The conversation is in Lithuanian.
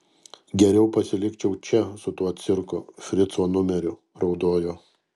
geriau pasilikčiau čia su tuo cirku frico numeriu raudojo